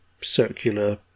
circular